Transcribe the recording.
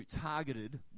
targeted